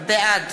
בעד